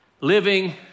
living